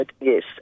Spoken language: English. yes